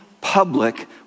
public